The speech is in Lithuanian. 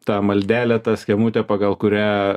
tą maldelę tą schemutę pagal kurią